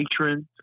patrons